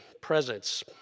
presence